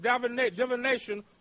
divination